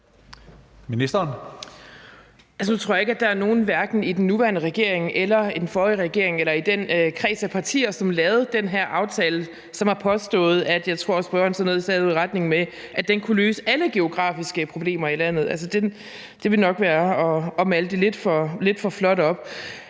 Nu tror jeg ikke, at der er nogen, hverken i den nuværende regering, i den forrige regering eller i den kreds af partier, som lavede den her aftale, som har påstået – hvilket jeg også tror spørgeren sagde noget i retning af – at man kunne løse alle geografiske problemer i landet. Altså, det ville nok være at male det lidt for flot op.